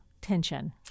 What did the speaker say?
tension